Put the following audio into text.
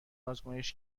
آزمایش